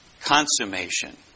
consummation